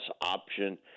option